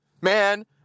man